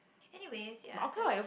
anyways ya that's